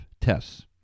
tests